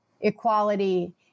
equality